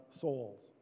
souls